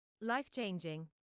life-changing